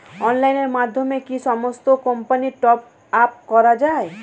অনলাইনের মাধ্যমে কি সমস্ত কোম্পানির টপ আপ করা যায়?